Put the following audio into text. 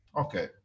okay